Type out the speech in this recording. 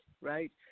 right